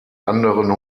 anderen